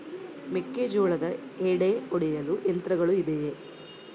ಮೆಕ್ಕೆಜೋಳದ ಎಡೆ ಒಡೆಯಲು ಯಂತ್ರಗಳು ಇದೆಯೆ?